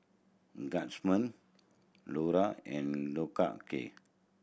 Guardsman Lora and Loacker